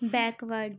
backward